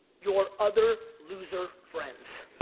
your other loser friends.